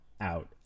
out